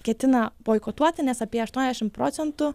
ketina boikotuoti nes apie aštuoniasdešim procentų